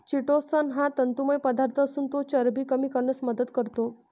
chitosan हा तंतुमय पदार्थ असून तो चरबी कमी करण्यास मदत करतो